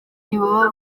ntibaba